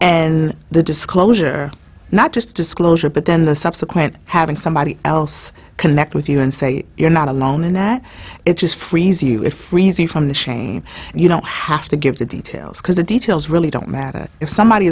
and the disclosure not just disclosure but then the subsequent having somebody else connect with you and say you're not alone and that it just frees you if you from the chain you don't have to give the details because the details really don't matter if somebody